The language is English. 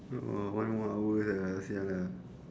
one more hour sia sia lah